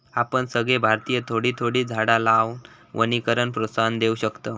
आपण सगळे भारतीय थोडी थोडी झाडा लावान वनीकरणाक प्रोत्साहन देव शकतव